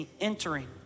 entering